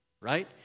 right